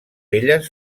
elles